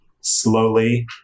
slowly